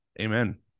Amen